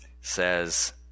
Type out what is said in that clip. says